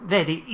Vedi